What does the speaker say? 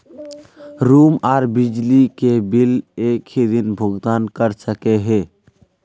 Room आर बिजली के बिल एक हि दिन भुगतान कर सके है?